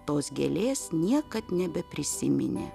tos gėlės niekad nebeprisiminė